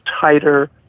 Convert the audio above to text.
tighter